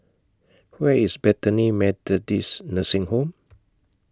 Where IS Bethany Methodist Nursing Home